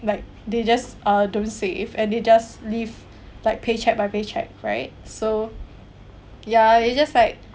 like they just uh don't save and they just live like pay cheque by pay cheque right so ya it's just like